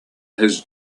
his